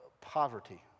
poverty